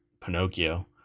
Pinocchio